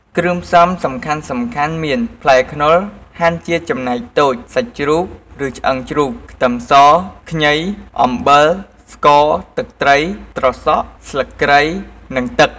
គ្រឿងផ្សំសំខាន់ៗមាន ផ្លែខ្នុរហាន់ជាចំណែកតូច សាច់ជ្រូក ឬឆ្អឹងជ្រូក ខ្ទឹមស ខ្ញី អំបិល ស្ករ ទឹកត្រី ត្រសក់ ស្លឹកគ្រៃ និង ទឹក។